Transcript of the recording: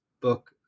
book